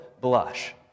blush